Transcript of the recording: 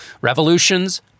Revolutions